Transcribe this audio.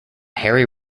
hairy